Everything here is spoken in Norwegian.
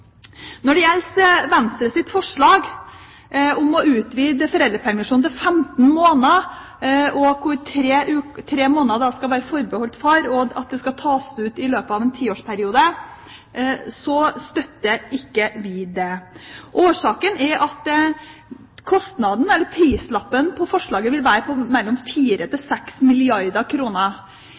Når det gjelder Venstres forslag om å utvide foreldrepermisjonen til 15 måneder, der tre måneder skal være forbeholdt far – og at det skal tas ut i løpet av en tiårsperiode – så støtter ikke vi det. Årsaken er at kostnaden – prislappen på forslaget – vil være på mellom 4 og 6 milliarder